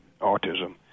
autism